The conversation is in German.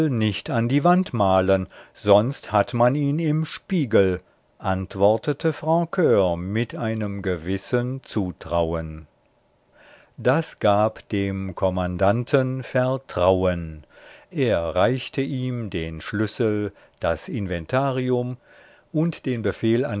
nicht an die wand malen sonst hat man ihn im spiegel antwortete francur mit einem gewissen zutrauen das gab dem kommandanten vertrauen er reichte ihm den schlüssel das inventarium und den befehl